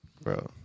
Bro